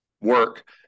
work